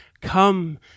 come